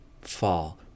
fall